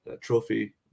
trophy